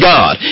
God